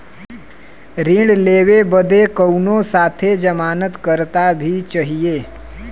ऋण लेवे बदे कउनो साथे जमानत करता भी चहिए?